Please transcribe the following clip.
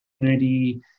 community